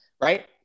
right